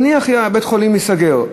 נניח שבית-החולים ייסגר,